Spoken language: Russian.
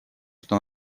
что